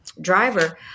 driver